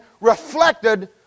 reflected